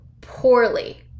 poorly